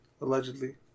Allegedly